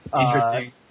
Interesting